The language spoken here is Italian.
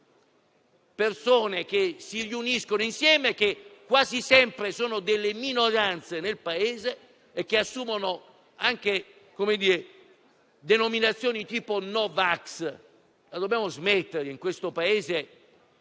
persone che si riuniscono insieme, che quasi sempre sono delle minoranze nel Paese, e che assumono denominazioni tipo «No Vax». Dobbiamo smettere in questo Paese